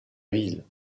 ville